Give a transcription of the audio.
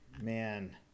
Man